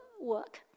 work